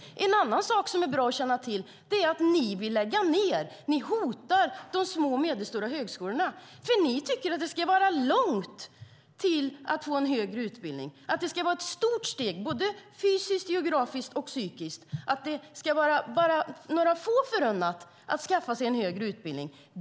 En annan sak som är bra att känna till är att ni vill lägga ned, ni hotar med det, de små och medelstora högskolorna. Ni tycker att det ska vara långt till att få en högre utbildning. Det ska vara ett stort steg fysiskt, geografiskt och psykiskt. Det ska bara vara några få förunnat att skaffa sig en högre utbildning.